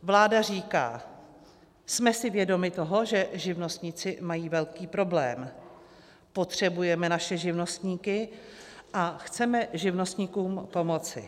Vláda říká: jsme si vědomi toho, že živnostníci mají velký problém, potřebujeme naše živnostníky a chceme živnostníkům pomoci.